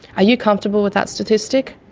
are you comfortable with that statistic?